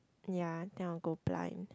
ya then I will go blind